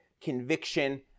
conviction